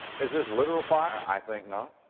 is this literal fire? i think not.